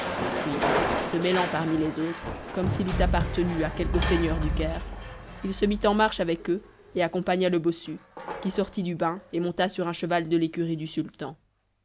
puis se mêlant parmi les autres comme s'il eût appartenu à quelque seigneur du caire il se mit en marche avec eux et accompagna le bossu qui sortit du bain et monta sur un cheval de l'écurie du sultan